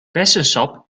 bessensap